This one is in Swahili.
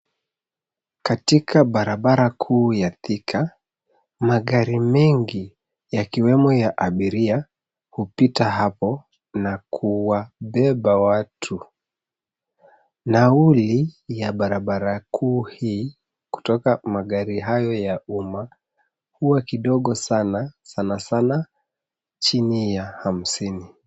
Katika barabara kuu ya Thika, magari mengi yakiwemo ya abiria hupita hapo na kuwabeba watu. Nauli ya barabara kuu hii kutoka magari hayo ya umma huwa kidogo sana, sana sana chini ya hamsini.